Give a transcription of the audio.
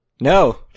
No